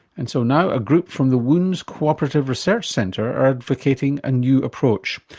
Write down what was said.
and so now a group from the wounds cooperative research centre are advocating a new approach,